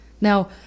Now